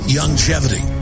Longevity